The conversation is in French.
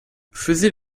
faisait